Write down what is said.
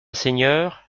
seigneur